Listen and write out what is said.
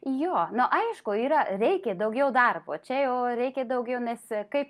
jo nu aišku yra reikia daugiau darbo čia jau reikia daugiau nes kaip